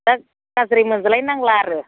दा गाज्रि मोनजा लायनांला आरो